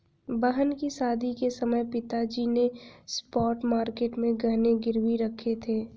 बहन की शादी के समय पिताजी ने स्पॉट मार्केट में गहने गिरवी रखे थे